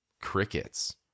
crickets